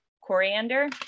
coriander